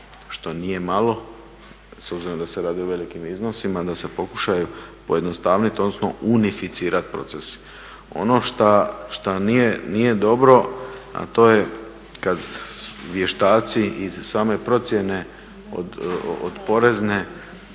što nije malo, s obzirom da se radi o velikim iznosima da se pokušaju pojednostaviti odnosno unificirati procesi. Ono što nije dobro, a to je kad vještaci iz same procjene od porezne